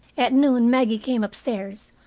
at noon maggie came upstairs,